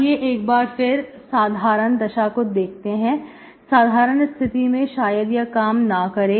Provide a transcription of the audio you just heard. आइए हम एक बार फिर साधारण दशा को देखते हैं साधारण स्थिति में शायद यह काम ना करें